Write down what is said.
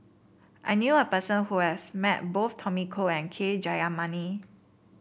I knew a person who has met both Tommy Koh and K Jayamani